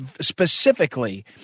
specifically